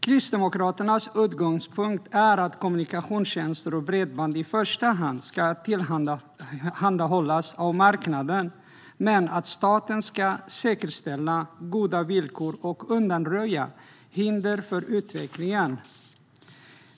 Kristdemokraternas utgångspunkt är att kommunikationstjänster och bredband i första hand ska tillhandahållas av marknaden men att staten ska säkerställa goda villkor och undanröja hinder för utvecklingen.